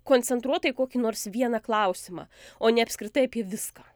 koncentruota į kokį nors vieną klausimą o ne apskritai apie viską